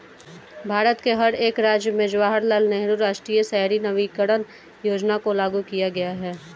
भारत के हर एक राज्य में जवाहरलाल नेहरू राष्ट्रीय शहरी नवीकरण योजना को लागू किया गया है